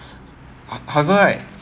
ha~ havard right